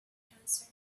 answer